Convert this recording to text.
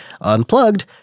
unplugged